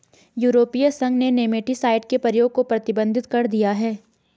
यूरोपीय संघ ने नेमेटीसाइड के प्रयोग को प्रतिबंधित कर दिया है